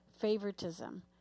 favoritism